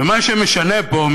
ומה שמשנה פה,